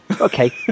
Okay